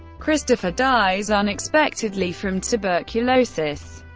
christopher dies unexpectedly from tuberculosis.